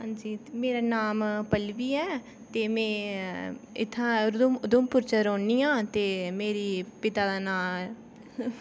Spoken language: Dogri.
हां जी मेरा नाम पल्लबी ऐ ते में इत्थै उधमपुर च रौह्नी आं ते मेरी पिता दा नांऽ